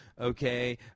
Okay